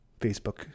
Facebook